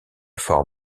fort